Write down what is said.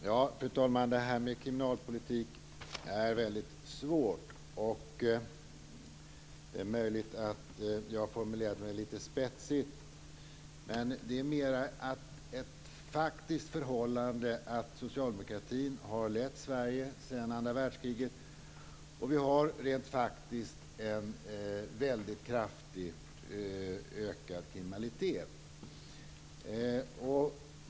Fru talman! Kriminalpolitik är någonting väldigt svårt. Det är möjligt att jag har formulerat mig litet spetsigt, men det är ett faktiskt förhållande att socialdemokratin har lett Sverige sedan andra världskriget och att vi har en väldigt kraftigt ökad kriminalitet.